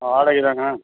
வாடகை தானே